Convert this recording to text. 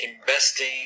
investing